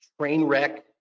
Trainwreck